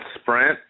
Sprint